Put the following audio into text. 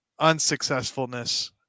unsuccessfulness